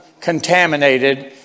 contaminated